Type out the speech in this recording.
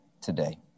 today